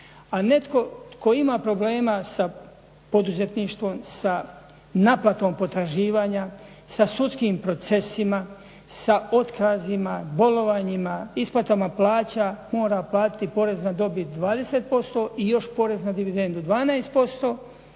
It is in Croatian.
a netko tko ima problema sa poduzetništvom, sa naplatom potraživanja, sa sudskim procesima, sa otkazima, bolovanjima, isplatama plaća, mora platiti porez na dobit 20% i još porez na dividendu 12%